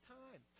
time